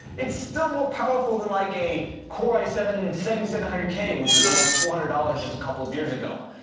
it's still more powerful than like a core i seven seven thousand seven hundred k, which is almost four hundred dollars just a couple of years ago.